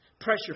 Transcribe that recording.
pressure